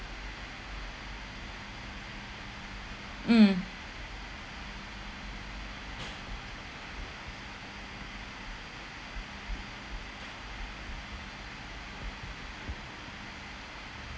mm